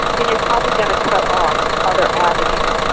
then you're probably going to cut off other avenues.